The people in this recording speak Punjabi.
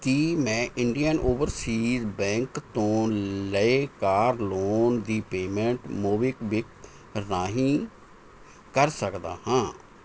ਕੀ ਮੈਂ ਇੰਡੀਅਨ ਓਵਰਸੀਜ਼ ਬੈਂਕ ਤੋਂ ਲਏ ਕਾਰ ਲੋਨ ਦੀ ਪੇਮੈਂਟ ਮੋਬੀਕਵਿਕ ਰਾਹੀਂ ਕਰ ਸਕਦਾ ਹਾਂ